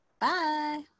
Bye